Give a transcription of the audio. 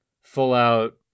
full-out